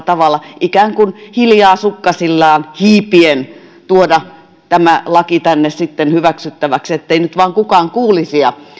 tavalla ikään kuin hiljaa sukkasillaan hiipien tuoda tämä laki tänne hyväksyttäväksi ettei nyt vain kukaan kuulisi